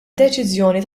deċiżjoni